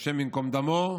שהשם ייקום דמו,